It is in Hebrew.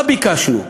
מה ביקשנו?